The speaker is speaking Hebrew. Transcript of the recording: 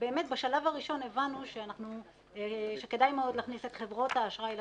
כמה הביטחון האישי של האנשים האלו נפגע.